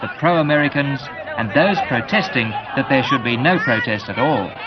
ah pro-americans and those protesting that there should be no protest at all.